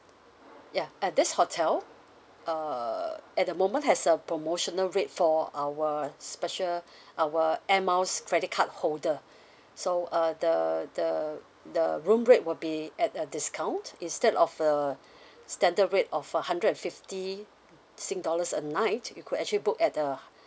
ya at this hotel uh at the moment has a promotional rate for our special our air miles credit card holder so uh the the the room rate will be at a discount instead of the standard rate of a hundred and fifty sing~ dollars a night you could actually book at the